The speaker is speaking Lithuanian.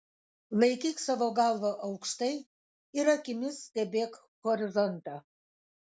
laikyk savo galvą aukštai ir akimis stebėk horizontą